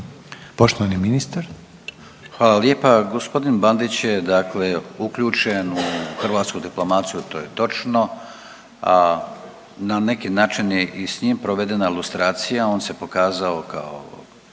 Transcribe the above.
Gordan (HDZ)** Hvala lijepa. Gospodin Bandić je dakle uključen u hrvatsku diplomaciju to je točno, a na neki način i s njim provedena lustracija, on se pokazao onaj